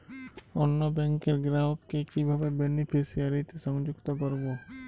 অন্য ব্যাংক র গ্রাহক কে কিভাবে বেনিফিসিয়ারি তে সংযুক্ত করবো?